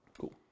Cool